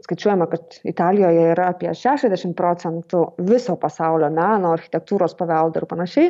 skaičiuojama kad italijoje yra apie šešiasdešim procentų viso pasaulio meno architektūros paveldo ir panašiai